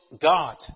God